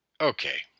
Okay